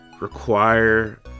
require